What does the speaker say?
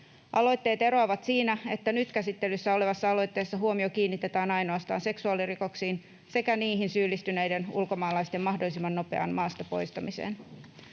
Aloitteet eroavat siinä, että nyt käsittelyssä olevassa aloitteessa huomio kiinnitetään ainoastaan seksuaalirikoksiin sekä niihin syyllistyneiden ulkomaalaisten mahdollisimman nopeaan maasta poistamiseen.